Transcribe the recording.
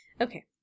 Okay